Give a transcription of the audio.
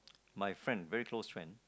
my friend very close friend